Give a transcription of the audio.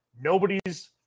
Nobody's